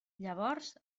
llavors